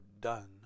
done